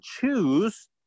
choose